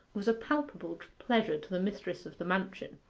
was a palpable pleasure to the mistress of the mansion,